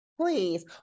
please